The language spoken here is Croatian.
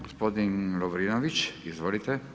Gospodin Lovrinović, izvolite.